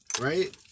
right